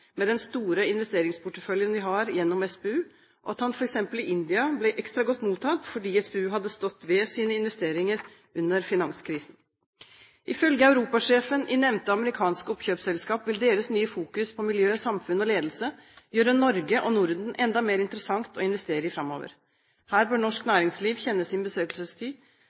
med den store investeringsporteføljen vi har gjennom SPU, og at han f.eks. i India ble ekstra godt mottatt fordi SPU hadde stått ved sine investeringer under finanskrisen. Ifølge Europa-sjefen i nevnte amerikanske oppkjøpsselskap vil deres nye fokus på miljø, samfunn og ledelse gjøre Norge og Norden enda mer interessant å investere i framover. Her bør norsk næringsliv kjenne sin besøkelsestid